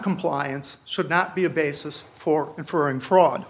noncompliance should not be a basis for inferring fraud